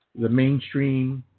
the mainstream